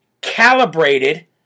calibrated